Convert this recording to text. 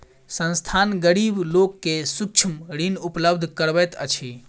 संस्थान, गरीब लोक के सूक्ष्म ऋण उपलब्ध करबैत अछि